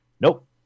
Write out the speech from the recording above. Nope